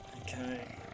Okay